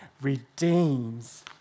redeems